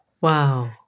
Wow